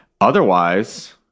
Otherwise